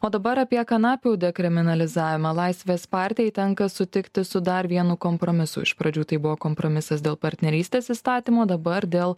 o dabar apie kanapių dekriminalizavimą laisvės partijai tenka sutikti su dar vienu kompromisu iš pradžių tai buvo kompromisas dėl partnerystės įstatymo dabar dėl